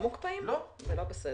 זה לא בסדר.